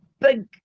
big